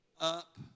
up